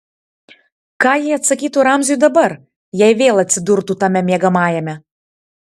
ką ji atsakytų ramziui dabar jei vėl atsidurtų tame miegamajame